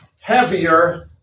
heavier